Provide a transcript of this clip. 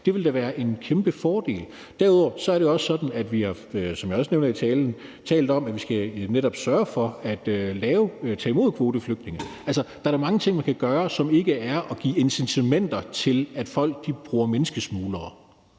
Det ville da være en kæmpefordel. Derudover er det jo også sådan, som jeg også nævner i talen, at vi har talt om, at vi netop skal sørge for at tage imod kvoteflygtninge. Altså, der er da mange ting, man kan gøre, som ikke er at give incitamenter til, at folk bruger menneskesmuglere.